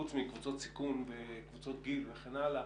חוץ מקבוצות סיכון וקבוצות גיל וכן הלאה,